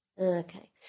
Okay